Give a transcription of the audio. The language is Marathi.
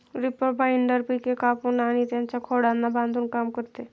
रीपर बाइंडर पिके कापून आणि त्यांच्या खोडांना बांधून काम करते